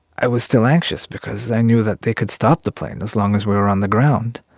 i was still anxious because i knew that they could stop the plane as long as we were on the ground.